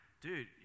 dude